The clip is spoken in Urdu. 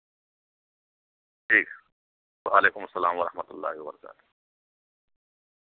ٹھیک وعلیکم السّلام و رحمتہ اللہ وبرکاتہ